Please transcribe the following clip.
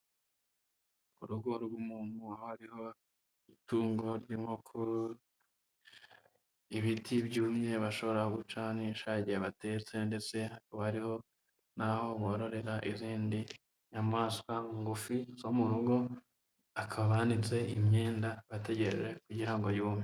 Urugo rw'umuntu hariho itungo ry'inkoko, ibiti byumye bashobora gucanisha igihe batetse ndetse hakaba hariho n'aho bororera izindi nyamaswa ngufi zo mu rugo, akaba yanitse imyenda akaba ategereje kugira ngo yume.